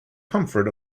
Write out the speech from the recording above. comfort